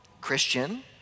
Christian